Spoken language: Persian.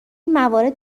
موارد